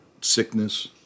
sickness